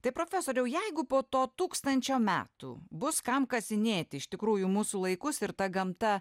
tai profesoriau jeigu po to tūkstančio metų bus kam kasinėti iš tikrųjų mūsų laikus ir ta gamta